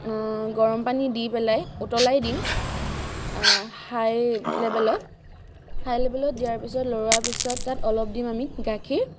গৰম পানী দি পেলাই উতলাই দিম হাই লেভেলত হাই লেভেলত দিয়াৰ পিছত লৰোৱাৰ পিছত তাত অলপ দিম আমি গাখীৰ